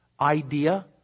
idea